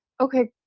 okay